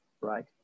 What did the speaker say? right